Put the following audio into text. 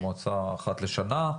המועצה אחת לשנה.